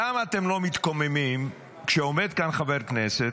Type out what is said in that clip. למה אתם לא מתקוממים כשעומד כאן חבר כנסת,